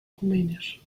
rumänisch